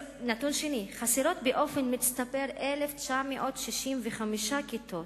נתון שני: חסרות באופן מצטבר 1,965 כיתות,